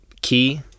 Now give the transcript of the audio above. key